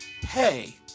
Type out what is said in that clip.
hey